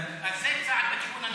אז זה צעד לכיוון הנכון.